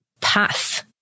path